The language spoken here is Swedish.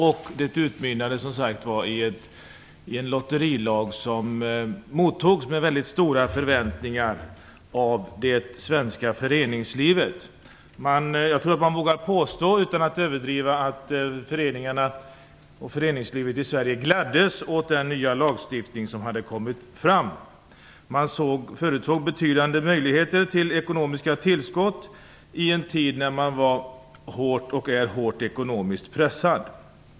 Arbetet utmynnade sedan som sagt i en lotterilag, som mottogs av det svenska föreningslivet med väldigt höga förväntningar. Jag tror att man utan att överdriva vågar påstå att föreningarna och föreningslivet i Sverige gladdes åt den nya lagstiftning som hade kommit fram. Man förutsåg betydande möjligheter till ekonomiska tillskott i en tid då man var och är hårt ekonomiskt pressad.